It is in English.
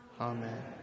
Amen